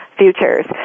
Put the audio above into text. futures